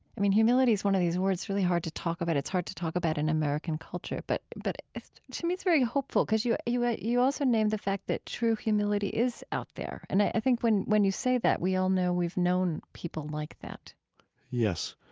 i mean, humility is one of these words really hard to talk about. it's hard to talk about in american culture. but but to me it's very hopeful because you you also name the fact that true humility is out there. and i think when when you say that, we all know we've known people like that yes.